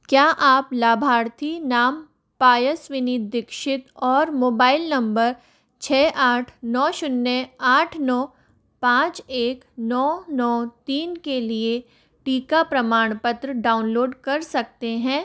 क्या आप लाभार्थी नाम पायस्विनी दीक्षित और मोबाइल नंबर छः आठ नौ शून्य आठ नौ पाँच एक नौ नौ तीन के लिए टीका प्रमाणपत्र डाउनलोड कर सकते हैं